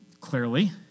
clearly